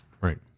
Right